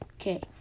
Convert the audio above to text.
Okay